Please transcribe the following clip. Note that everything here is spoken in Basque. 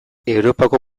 europako